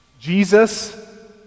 Jesus